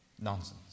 Nonsense